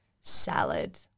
salad